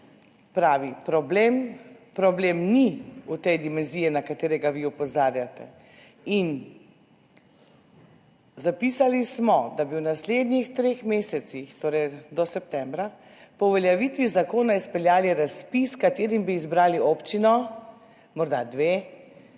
Pravi problem ni v tej dimenziji, na katero vi opozarjate. Zapisali ste, da bi v naslednjih treh mesecih, torej do septembra, po uveljavitvi zakona izpeljali razpis, s katerim bi izbrali občino, morda dve,